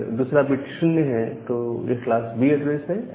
अगर दूसरा बिट 0 है तो यह क्लास B एड्रेस है